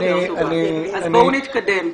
בואו נתקדם.